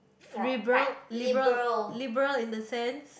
liberal liberal liberal in the sense